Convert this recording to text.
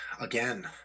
again